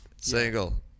Single